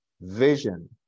Vision